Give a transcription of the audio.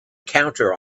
counter